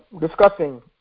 discussing